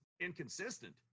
inconsistent